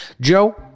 Joe